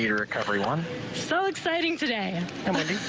yeah recovery one so exciting today.